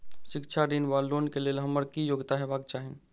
शिक्षा ऋण वा लोन केँ लेल हम्मर की योग्यता हेबाक चाहि?